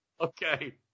okay